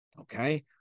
okay